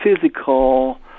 physical